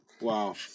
wow